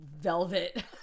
velvet